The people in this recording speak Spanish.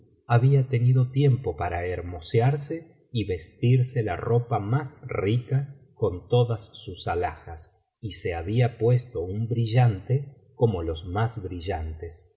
había tenido tiempo para hermosearse y vestirse la ropa más rica con todas sus alhajas y se había puesto un brillante como los mas brillantes